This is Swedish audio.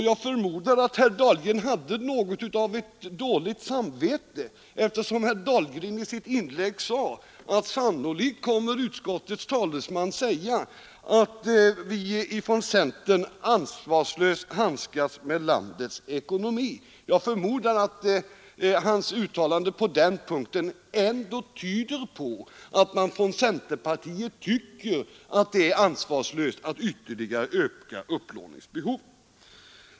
Jag förmodar att herr Dahlgren hade litet dåligt samvete eftersom han sade: ”Sannolikt kommer utskottets talesman att säga att vi från centern ansvarslöst handskas med landets ekonomi”. Jag antar att hans uttalande på den punkten ändå tyder på att man från centerpartiet tycker att det är ansvarslöst att ytterligare öka upplåningsbehovet.